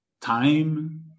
time